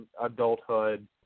adulthood